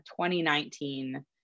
2019